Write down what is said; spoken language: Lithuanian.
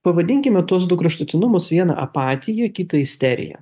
pavadinkime tuos du kraštutinumus viena apatija kitą isterija